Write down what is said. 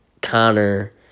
connor